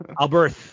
Albert